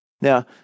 Now